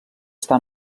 està